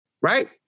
right